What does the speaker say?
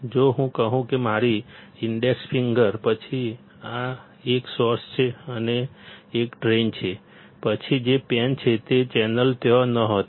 જો હું કહું કે મારી ઈન્ડેક્સ ફિંગર પછી આ એક સોર્સ છે અને આ એક ડ્રેઇન છે પછી જે પેન છે તે ચેનલ ત્યાં નહોતી